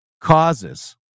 causes